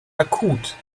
akut